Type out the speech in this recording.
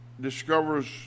discovers